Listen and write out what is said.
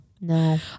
no